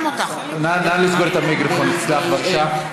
נא לסגור את המיקרופון אצלך, בבקשה.